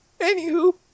Anywho